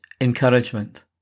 encouragement